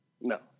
No